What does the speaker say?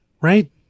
right